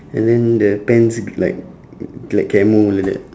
and then the pants like like camo like that